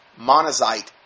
monazite